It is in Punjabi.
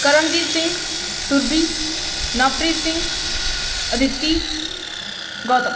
ਕਰਮਜੀਤ ਸਿੰਘ ਸੁਰਬੀ ਨਵਪ੍ਰੀਤ ਸਿੰਘ ਅਦਿੱਤੀ ਗੌਤਮ